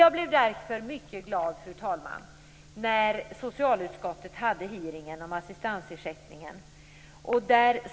Jag blev därför mycket glad när socialutskottet hade hearingen om assistansersättningen.